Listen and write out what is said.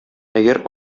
әгәр